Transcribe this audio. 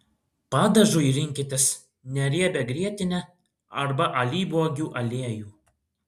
padažui rinkitės neriebią grietinę arba alyvuogių aliejų